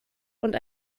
und